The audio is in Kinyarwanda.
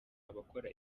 abakora